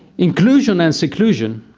inclusion and seclusion,